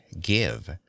give